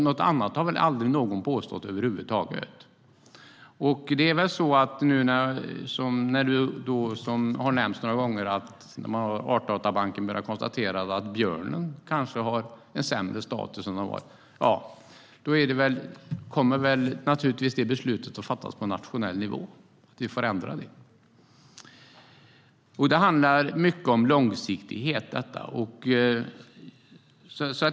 Något annat har väl aldrig någon påstått över huvud taget. Artdatabanken konstaterar att björnen kanske har en sämre status. Då kommer naturligtvis ett sådant beslut att fattas på nationell nivå. Vi får ändra det. Det här handlar mycket om långsiktighet.